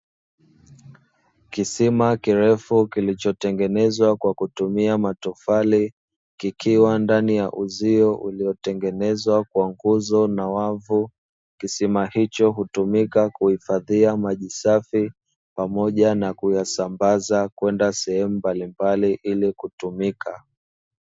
Kisima kirefu kilichotengenezwa kwa kutumia matofali; kikiwa ndani ya uzio uliotengenezwa kwa nguzo na wavu. Kisima hicho hutumika kuhifadhia maji safi pamoja na kuyasambaza kwenda sehemu mbalimbali ili kutumika.